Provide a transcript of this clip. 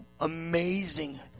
Amazing